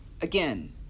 Again